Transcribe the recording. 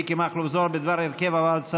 מיקי מכלוף זוהר בדבר הרכב הוועדה המסדרת.